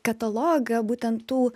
katalogą būten tų